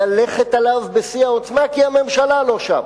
ללכת עליו בשיא העוצמה, כי הממשלה לא שם,